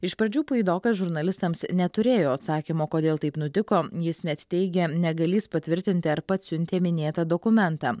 iš pradžių puidokas žurnalistams neturėjo atsakymo kodėl taip nutiko jis net teigė negalys patvirtinti ar pats siuntė minėtą dokumentą